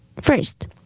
First